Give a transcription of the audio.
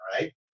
right